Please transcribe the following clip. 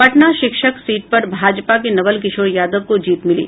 पटना शिक्षक सीट पर भाजपा के नवल किशोर यादव को जीत मिली